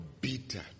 bitter